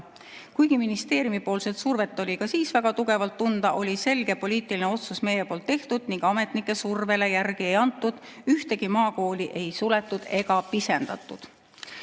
Kuigi ministeeriumi survet oli siis väga tugevalt tunda, oli meil selge poliitiline otsus tehtud ning ametnike survele järele ei antud – ühtegi maakooli ei suletud ega pisendatud.